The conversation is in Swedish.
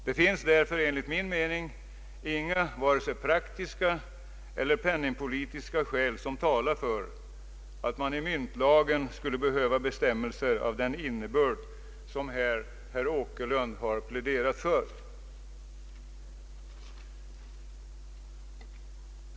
Det finns därför enligt min mening varken praktiska eller penningpolitiska skäl som talar för att man i myntlagen skulle behöva bestämmelser av den innebörd som herr Åkerlund har pläderat för.